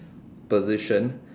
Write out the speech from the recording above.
position